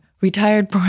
retired